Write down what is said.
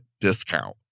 discount